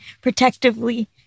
protectively